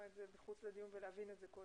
את זה מחוץ לדיון וקודם להבין את זה?